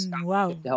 Wow